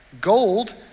Gold